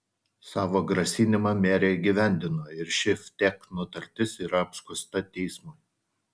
savo grasinimą merė įgyvendino ir ši vtek nutartis yra apskųsta teismui